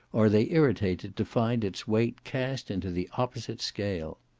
are they irritated to find its weight cast into the opposite scale.